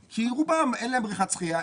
רובם אין להם בריכת שחיה,